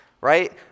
right